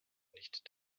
nicht